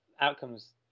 outcomes